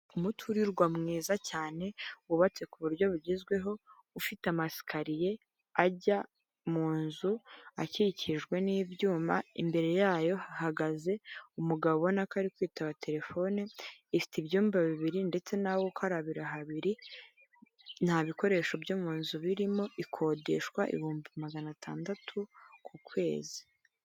Umutirirwa mwiza cyane, wubatse ku buryo bugezweho, ufite amakariye ajya mu nzu, akikijwe n'ibyuma, imbere yayo hahagaze umugabo ubona ko ari kwitaba telefone, ifite ibyumba bibiri ndetse n'aho gukarabira habiri, nta bikoresho byo mu nzu birimo, ikodeshwa ibihumbi magana atandatu ku kwezi.